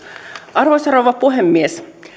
arvoisa rouva puhemies